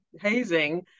hazing